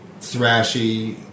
Thrashy